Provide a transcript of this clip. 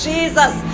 Jesus